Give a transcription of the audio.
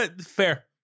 Fair